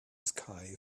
sky